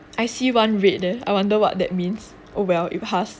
I see one red there I wonder what that means oh well it pass